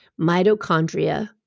Mitochondria